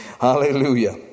hallelujah